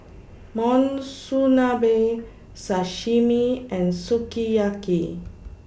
Monsunabe Sashimi and Sukiyaki